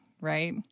right